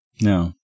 No